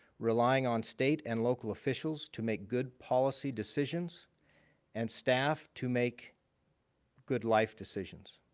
relying on state and local officials to make good policy decisions and staff to make good life decisions.